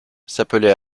s’appelait